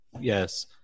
Yes